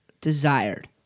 desired